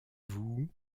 vous